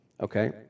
Okay